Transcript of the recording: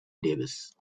davis